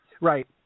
Right